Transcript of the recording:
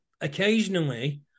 occasionally